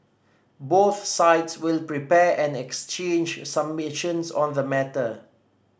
both sides will prepare and exchange submissions on the matter